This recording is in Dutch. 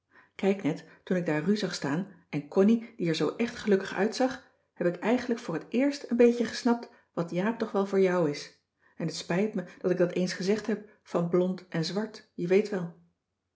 kijk net toen ik daar ru zag staan en connie die er zoo echt gelukkig uitzag heb ik eigenlijk voor het eerst een beetje gesnapt wat jaap toch wel voor jou is en t spijt me dat ik dat eens gezegd heb van blond en zwart je weet wel